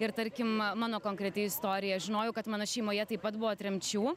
ir tarkim mano konkreti istorija aš žinojau kad mano šeimoje taip pat buvo tremčių